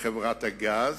חברת הגז,